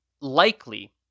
likely